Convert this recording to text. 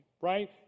right